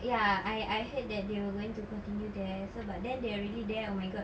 ya I I heard that they were going to continue there also but then they already there oh my god